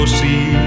see